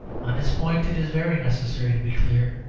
on this point it is very necessary to be clear.